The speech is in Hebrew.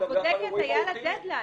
הבודקת היה לה דד ליין.